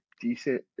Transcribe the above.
decent